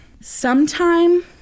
sometime